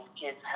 kids